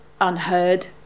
unheard